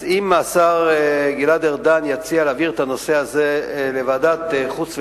אז אם השר גלעד ארדן יציע להעביר את הנושא הזה לוועדת החוץ והביטחון,